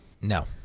No